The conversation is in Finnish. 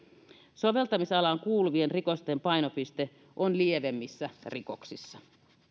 soveltamisalaan kuuluvien rikosten painopiste on lievemmissä rikoksissa